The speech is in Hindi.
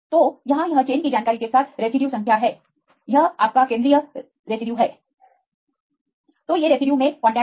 तो यहाँ यह चेन की जानकारी के साथ रेसिड्यू संख्या है यह आपका केंद्रीय है तो ये रेसिड्यू में कांटेक्ट हैं